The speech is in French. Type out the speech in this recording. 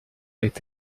est